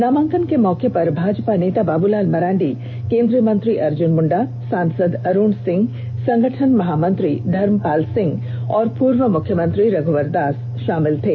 नामांकन के मौके पर भाजपा नेता बाबूलाल मरांडी केंद्रीय मंत्री अर्जुन मुंडा सांसद अरूण सिंह संगठन महामंत्री धर्मपाल सिंह और पूर्व मुख्यमंत्री रघुवर दास शामिल थे